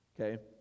Okay